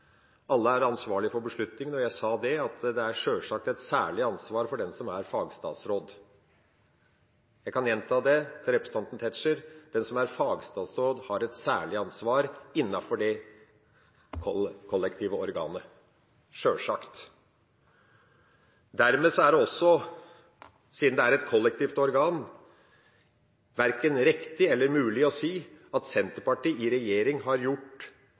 Alle er ansvarlige for beslutningen. Og jeg sa at det sjølsagt er et særlig ansvar for den som er fagstatsråd. Jeg kan gjenta det til representanten Tetzschner: Den som er fagstatsråd, har et særlig ansvar innenfor det kollektive organet – sjølsagt. Dermed er det også, siden det er et kollektivt organ, verken riktig eller mulig å si at Senterpartiet i regjering har gjort